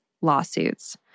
lawsuits